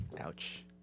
Ouch